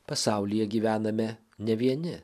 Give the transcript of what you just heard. pasaulyje gyvename ne vieni